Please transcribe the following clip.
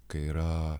kai yra